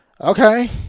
okay